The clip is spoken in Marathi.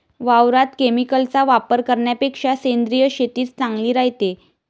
वावरात केमिकलचा वापर करन्यापेक्षा सेंद्रिय शेतीच चांगली रायते